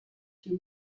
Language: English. she